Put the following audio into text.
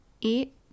eat